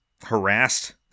harassed